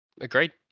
agreed